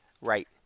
Right